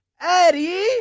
Eddie